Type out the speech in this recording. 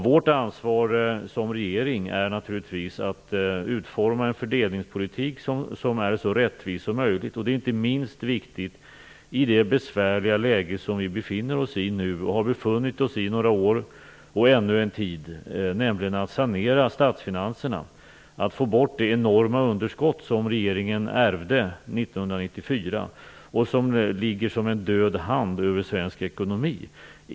Vårt ansvar som regering är naturligtvis att utforma en fördelningspolitik som är så rättvis som möjligt. Det är inte minst viktigt att, i det besvärliga läge som vi nu befinner oss i, har befunnit oss i några år och kommer att befinna oss i ännu en tid, sanera statsfinanserna och få bort det enorma underskott som regeringen ärvde 1994 och som ligger som en död hand över svensk ekonomi.